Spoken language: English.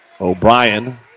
O'Brien